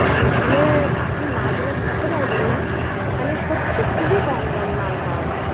কারণ ওখানে আপনি না গেলে বুঝতে পারবেন না ওখানে সত্যি খুবই কম দামে মাল পাওয়া যায়